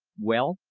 well,